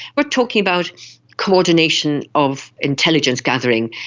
we're talking about coordination of intelligence gathering,